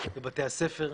בבתי הספר,